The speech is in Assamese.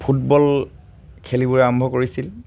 ফুটবল খেলিবলৈ আৰম্ভ কৰিছিল